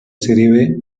serie